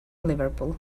liverpool